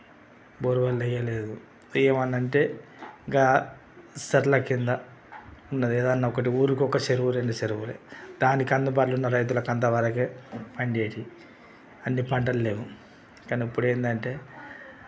bore వాళ్ళు వేయలేదు ఏమన్నంటే గా చెట్ల కింద ఇంకా ఏదన్న ఊరికొక చెరువు రెండు చెరువులే దానికి అందుబాటులో ఉన్న రైతులకంత వాళ్ళకే అందేది అంటే పంటలు లేవు కానీ ఇప్పుడేందంటే